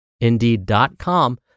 indeed.com